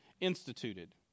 instituted